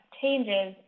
changes